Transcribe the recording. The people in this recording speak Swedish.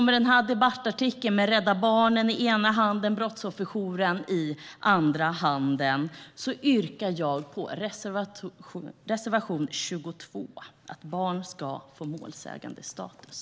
Med debattartikeln och Rädda Barnen i den ena handen och Brottsofferjouren i den andra yrkar jag bifall till reservation 22 - att barn ska få målsägandestatus.